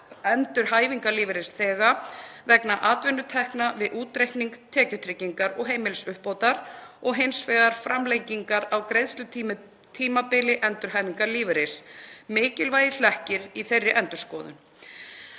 endurhæfingarlífeyrisþega vegna atvinnutekna við útreikning tekjutryggingar og heimilisuppbótar og hins vegar framlengingar á greiðslutíminn tímabili endurhæfingarlífeyris, mikilvægir hlekkir í þeirri endurskoðun,